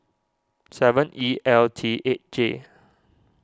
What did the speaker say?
seven E L T eight J